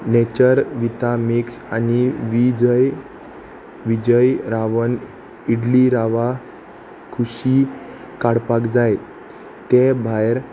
nature विता mix आनी विजय विजय रावन इडली रवा कुशी काडपाक जाय ते भायर